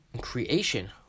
creation